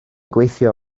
gweithio